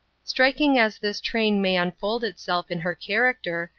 striking as this trait may unfold itself in her character,